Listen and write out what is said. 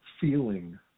feeling